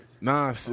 Nah